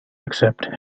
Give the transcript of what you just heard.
except